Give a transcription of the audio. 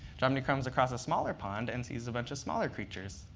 jomny comes across a smaller pond and sees a bunch of smaller creatures.